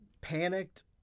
panicked